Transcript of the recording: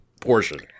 portion